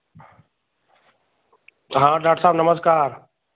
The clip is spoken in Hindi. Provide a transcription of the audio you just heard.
हाँ डाट साहब नमस्कार